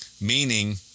meaning